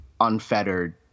unfettered